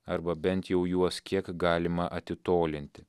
arba bent jau juos kiek galima atitolinti